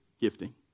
gifting